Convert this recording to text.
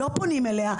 לא פונים אליה.